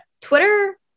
Twitter